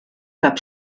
gab